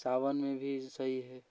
सावन में भी सही है